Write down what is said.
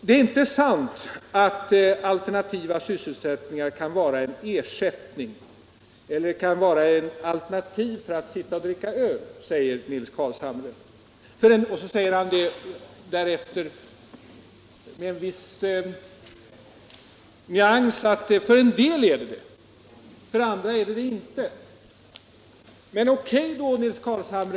Det är inte sant att andra sysselsättningar kan utgöra en ersättning eller ett alternativ till att sitta och dricka öl, säger Nils Carlshamre. Han nyanserar sitt uttalande genom att tillägga att det för somliga kan vara det, men för andra är det inte något alternativ. O.K., herr Carlshamre!